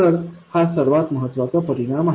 तर हा सर्वात महत्वाचा परिणाम आहे